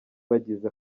bagize